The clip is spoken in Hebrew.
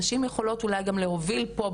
נשים יכולות אולי גם להוביל פה,